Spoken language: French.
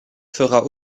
fera